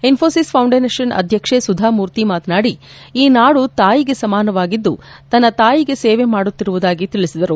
Infosys foundation ಅಧ್ವಕ್ಷೆ ಸುಧಾ ಮೂರ್ತಿ ಮಾತನಾಡಿ ಈ ನಾಡು ತಾಯಿಗೆ ಸಮಾನವಾಗಿದ್ದು ತನ್ನ ತಾಯಿಗೆ ಸೇವೆ ಮಾಡುತ್ತಿರುವುದಾಗಿ ತಿಳಿಬಿದರು